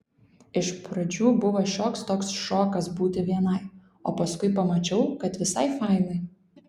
iš pradžių buvo šioks toks šokas būti vienai o paskui pamačiau kad visai fainai